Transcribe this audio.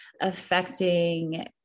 affecting